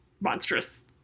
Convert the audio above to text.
monstrous